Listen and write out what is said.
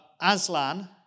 Aslan